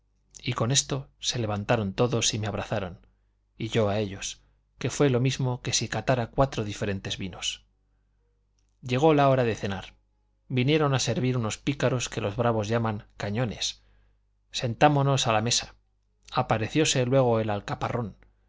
y con esto se levantaron todos y me abrazaron y yo a ellos que fue lo mismo que si catara cuatro diferentes vinos llegó la hora de cenar vinieron a servir unos pícaros que los bravos llaman cañones sentámonos a la mesa aparecióse luego el alcaparrón